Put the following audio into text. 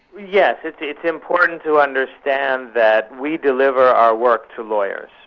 yes, it's it's important to understand that we deliver our work to lawyers.